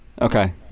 Okay